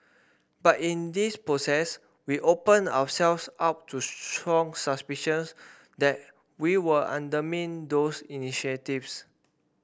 but in this process we opened ourselves up to strong suspicions that we were undermining those initiatives